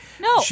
no